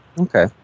Okay